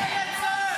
לרדת.